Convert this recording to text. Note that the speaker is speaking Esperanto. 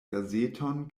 gazeton